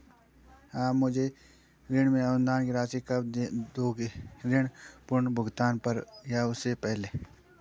आप मुझे ऋण में अनुदान की राशि कब दोगे ऋण पूर्ण भुगतान पर या उससे पहले?